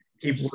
keep